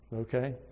Okay